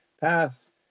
pass